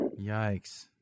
Yikes